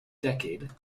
decade